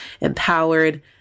empowered